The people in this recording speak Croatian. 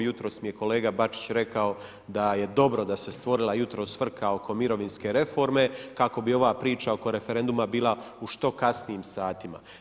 Jutros mi je kolega Bačić rekao da je dobro da se stvorila jutros frka oko mirovinske reforme kako bi ova priča oko referenduma bila u što kasnijim satima.